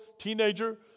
teenager